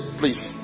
please